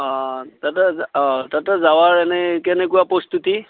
অ তাতে অ তাতে যোৱাৰ এনেই কেনেকুৱা প্ৰস্তুতি